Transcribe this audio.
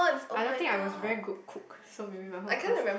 I don't think I was very good cook so maybe my home econs